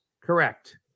correct